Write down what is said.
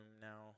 now